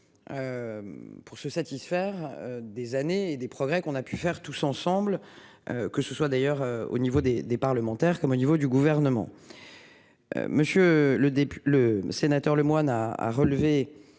Pour se satisfaire des années et des. Progrès qu'on a pu faire tous ensemble. Que ce soit d'ailleurs au niveau des des parlementaires comme au niveau du gouvernement. Monsieur le député, le sénateur Lemoine a à relever.